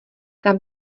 tam